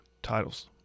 Titles